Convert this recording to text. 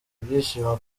ibyishimo